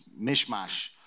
mishmash